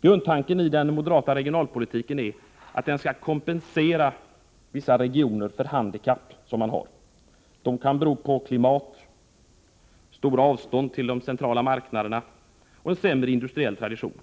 Grundtanken i den moderata regionalpolitiken är att den skall kompensera vissa regioner för handikapp som de har. Dessa kan bero på klimat, stora avstånd till de centrala marknaderna och en sämre industriell tradition.